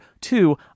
Two